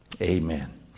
Amen